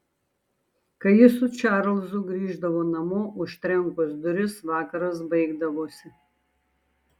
kai ji su čarlzu grįždavo namo užtrenkus duris vakaras baigdavosi